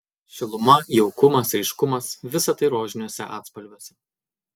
šiluma jaukumas ryškumas visa tai rožiniuose atspalviuose